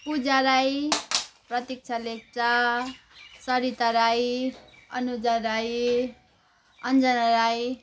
Puja Rai Pratiksha Lepcha Sarita Rai Anuja Rai Anjana Rai